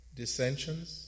dissensions